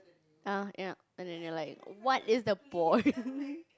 err ya and then like what is the point